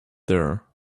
there